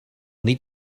need